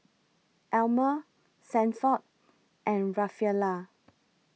Almer Sanford and Rafaela